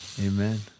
Amen